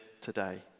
today